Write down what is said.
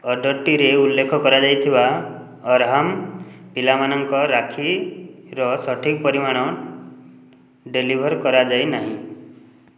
ଅର୍ଡ଼ର୍ଟିରେ ଉଲ୍ଲେଖ କରାଯାଇଥିବା ଅର୍ହାମ୍ ପିଲାମାନଙ୍କ ରାକ୍ଷୀର ସଠିକ୍ ପରିମାଣ ଡେଲିଭର୍ କରାଯାଇ ନାହିଁ